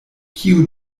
kio